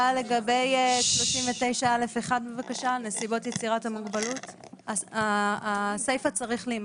האוצר, עלי, אני מבקשת שתעשו שיחה עם